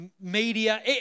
media